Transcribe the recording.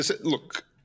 look